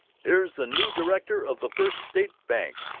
here's the new director of the first state bank!